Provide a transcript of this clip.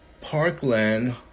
Parkland